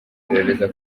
iperereza